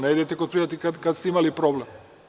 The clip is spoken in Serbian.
Ne idete kod privatnika kad ste imali problem.